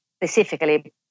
specifically